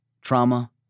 trauma